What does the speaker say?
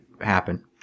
happen